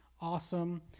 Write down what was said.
Awesome